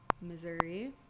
Missouri